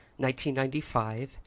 1995